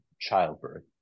childbirth